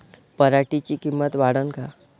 पराटीची किंमत वाढन का?